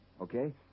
Okay